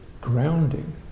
grounding